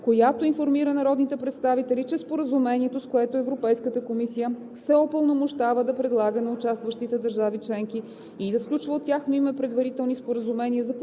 която информира народните представители, че Споразумението, с което Европейската комисия се упълномощава да предлага на участващите държави членки и да сключва от тяхно име предварителни споразумения за покупка